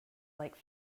like